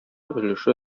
өлеше